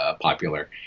popular